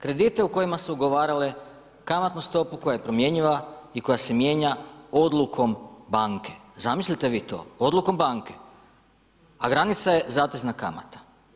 Kredite u kojima su ugovarale kamatnu stopu koja je promjenjiva i koja se mijenja odlukom banke, zamislite vi to, odlukom banke, a granica je zatezna kamata.